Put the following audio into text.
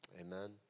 amen